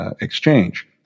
exchange